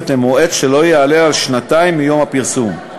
למועד שלא יעלה על שנתיים מיום הפרסום.